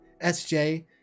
SJ